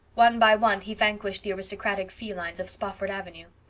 one by one he vanquished the aristocratic felines of spofford avenue.